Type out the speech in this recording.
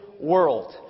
world